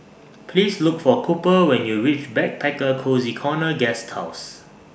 Please Look For Cooper when YOU REACH Backpacker Cozy Corner Guesthouse